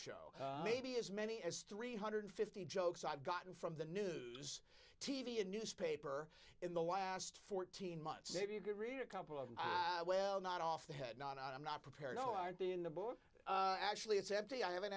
show maybe as many as three hundred and fifty jokes i've gotten from the news t v a newspaper in the last fourteen months maybe you could read a couple of well not off the head not on i'm not prepared oh i'd be in the book actually it's empty i haven't